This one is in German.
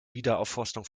wiederaufforstung